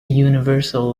universal